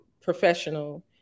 professional